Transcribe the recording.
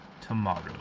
tomorrow